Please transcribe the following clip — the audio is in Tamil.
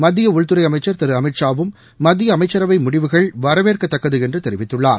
மத்தியஉள்துறைஅமைச்சர் திருஅமித்ஷா வும் மத்தியஅமைசசரவைமுடவுகள் வரவேற்கத்தக்கதுஎன்றுதெரிவித்துள்ளார்